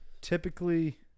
typically